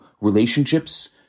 relationships